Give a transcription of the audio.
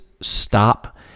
stop